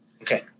Okay